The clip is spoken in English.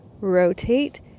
rotate